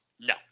No